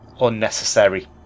unnecessary